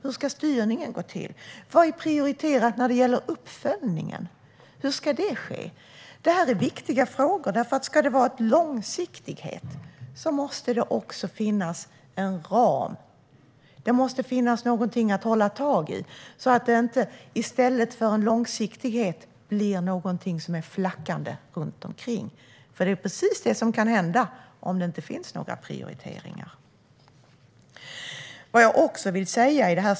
Hur ska den gå till? Vad är prioriterat när det gäller uppföljningen? Hur ska det ske? Det är viktiga frågor. Om det ska finnas långsiktighet måste det också finnas en ram. Det måste finnas någonting att hålla tag i, så att det inte i stället för långsiktighet blir ett flackande runt omkring. Det är nämligen precis det som kan hända om det inte finns några prioriteringar.